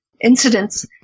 incidents